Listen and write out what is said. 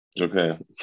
Okay